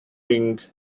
ring